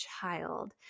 child